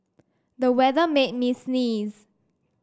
the weather made me sneeze